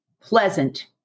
pleasant